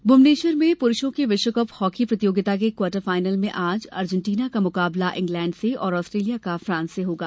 hockey Bhubaneswar में पुरुषों की विश्वकप हॉकी प्रतियोगिता के क्वार्टर फाइनल में आज अर्जेंटीना का मुकाबला इंग्लैंड से और आस्ट्रेलिया का फ्रांस से होगा